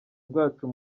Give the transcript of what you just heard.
bwacu